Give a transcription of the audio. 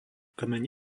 kmeň